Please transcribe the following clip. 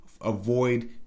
avoid